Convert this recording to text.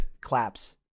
claps